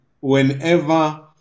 whenever